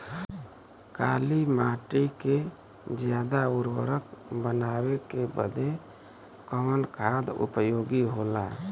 काली माटी के ज्यादा उर्वरक बनावे के बदे कवन खाद उपयोगी होला?